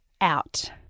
out